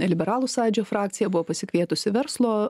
liberalų sąjūdžio frakcija buvo pasikvietusi verslo